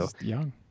young